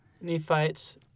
Nephites